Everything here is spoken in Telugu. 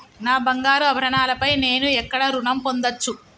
నా బంగారు ఆభరణాలపై నేను ఎక్కడ రుణం పొందచ్చు?